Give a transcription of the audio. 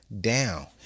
down